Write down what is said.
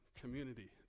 community